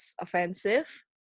offensive